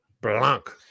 Blanc